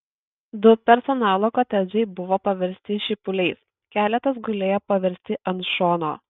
du personalo kotedžai buvo paversti šipuliais keletas gulėjo parversti ant šono